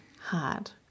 Hard